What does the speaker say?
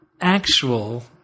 actual